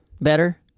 better